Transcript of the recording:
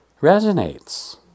resonates